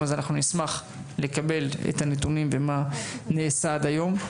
נשמח לקבל את הנתונים ומה נעשה עד היום.